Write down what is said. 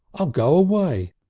i'll go away.